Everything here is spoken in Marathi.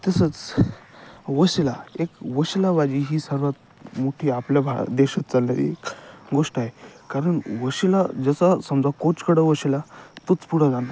तसंच वशिला एक वशिलाबाजी ही सर्वात मोठी आपल्या भा देशात चाललेली एक गोष्ट आहे कारण वशिला जसा समजा कोचकडं वशिला तोच पुढं जाणार